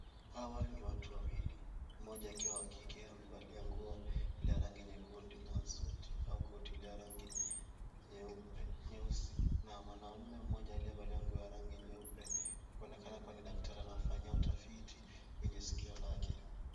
Hawa ni watu wawili moja akiwa wa kike amevalia nguo ile ya rangi nyekundu na koti au koti iliyo rangi nyeusi na mwanamume mmoja aliyevalia nguo ya rangi nyeupe kuonekana kuwa ni daktari anafanya utafiti kwenye sikio lake.